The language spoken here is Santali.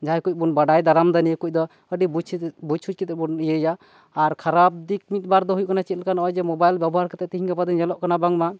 ᱡᱟᱦᱟᱸᱭ ᱠᱩᱡ ᱵᱚᱱ ᱵᱟᱰᱟᱭ ᱫᱟᱨᱟᱢ ᱮᱫᱟ ᱱᱤᱭᱟᱹ ᱠᱩᱡ ᱫᱚ ᱟᱹᱰᱤ ᱵᱩᱡ ᱥᱩᱡ ᱠᱟᱛᱮ ᱵᱚᱱ ᱤᱭᱟᱹᱭᱟ ᱟᱨ ᱠᱷᱟᱨᱟᱯ ᱫᱤᱠ ᱢᱤᱫ ᱵᱟᱨ ᱫᱚ ᱦᱩᱭᱩᱜ ᱠᱟᱱᱟ ᱪᱮᱫ ᱞᱮᱠᱟ ᱱᱚᱜ ᱭᱚᱡᱮ ᱢᱳᱵᱟᱭᱤᱞ ᱵᱮᱵᱚᱦᱟᱨ ᱠᱟᱛᱮᱫ ᱛᱤᱦᱤᱧ ᱜᱟᱯᱟ ᱫᱚ ᱧᱮᱞᱚᱜ ᱠᱟᱱᱟ ᱵᱟᱝᱢᱟ